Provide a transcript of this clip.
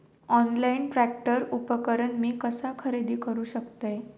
Online tractor उपकरण मी कसा खरेदी करू शकतय?